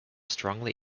strongly